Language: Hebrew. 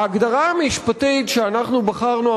ההגדרה המשפטית שאנחנו בחרנו,